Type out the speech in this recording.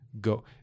go